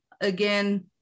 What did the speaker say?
again